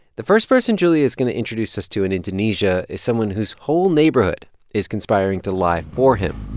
the first person julia's going to introduce us to in indonesia is someone whose whole neighborhood is conspiring to lie for him